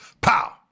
pow